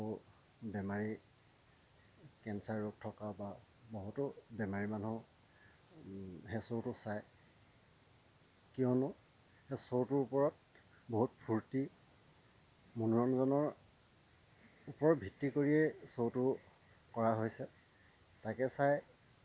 বেমাৰী কেঞ্চাৰ ৰোগ থকা বা বহুতো বেমাৰী মানুহেও সেই শ্ব'টো চায় কিয়নো সেই শ্ব'টোৰ ওপৰত বহুত ফূৰ্তি মনোৰঞ্জনৰ ওপৰত ভিত্তি কৰিয়েই শ্ব'টো কৰা হৈছে তাকে চাই